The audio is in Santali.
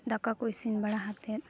ᱫᱟᱠᱟᱠᱚ ᱤᱥᱤᱱ ᱵᱟᱲᱟ ᱠᱟᱛᱮᱫ